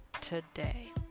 today